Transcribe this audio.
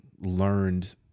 learned